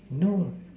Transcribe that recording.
no